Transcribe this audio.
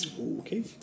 Okay